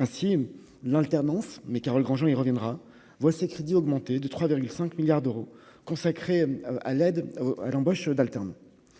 ainsi l'alternance mais Carole Grandjean il reviendra voit ses crédits augmenter de 3,5 milliards d'euros consacrés à l'aide à l'embauche d'alternance,